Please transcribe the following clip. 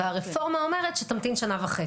והרפורמה אומרת שתמתין שנה וחצי.